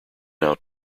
out